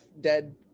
dead